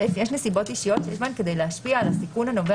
(א) יש נסיכות אישיות שיש בהן כדי להשפיע על הסיכון הנובע